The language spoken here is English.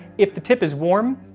if the tip is warm,